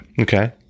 Okay